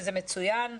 שהוא עיקרון מצוין,